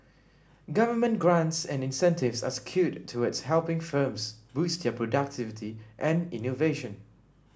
government grants and incentives are skewed towards helping firms boost their productivity and innovation